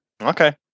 Okay